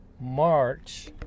March